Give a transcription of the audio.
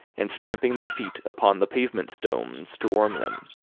and stamping their feet upon the pavement stones to warm them.